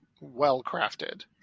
well-crafted